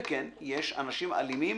כן, יש אנשים אלימים